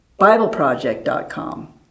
BibleProject.com